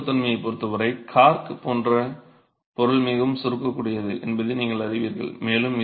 ஆனால் சுருக்கத்தன்மையைப் பொருத்தவரை கார்க் போன்ற பொருள் மிகவும் சுருக்கக்கூடியது என்பதை நீங்கள் அறிவீர்கள்